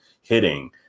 hitting